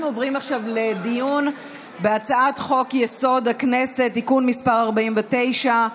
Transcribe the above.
אנחנו עוברים עכשיו לדיון בהצעת חוק חוק-יסוד: הכנסת (תיקון מס' 49)